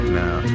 now